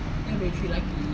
sana boleh laki